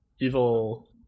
evil